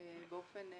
באופן מקצועי,